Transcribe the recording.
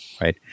Right